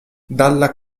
dalla